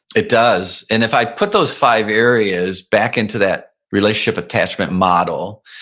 it does. and if i put those five areas back into that relationship attachment model,